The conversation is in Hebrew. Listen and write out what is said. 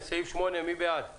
מי בעד סעיף 8?